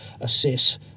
assess